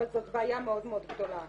אבל זאת בעיה מאוד מאוד גדולה.